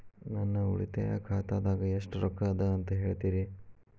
ನನ್ನ ಉಳಿತಾಯ ಖಾತಾದಾಗ ಎಷ್ಟ ರೊಕ್ಕ ಅದ ಅಂತ ಹೇಳ್ತೇರಿ?